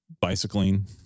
bicycling